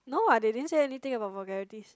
no ah they didn't say anything about vulgaraties